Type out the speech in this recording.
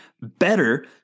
better